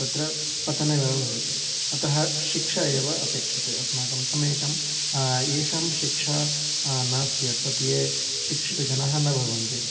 तत्र पतनमेव भवति अतः शिक्षा एव अपेक्षते अस्माकं समेषाम् एषां शिक्षा नास्ति तत् ये शिक्षिताः जनाः भवन्ति